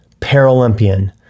Paralympian